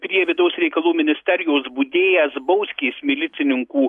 prie vidaus reikalų ministerijos budėjęs bauskės milicininkų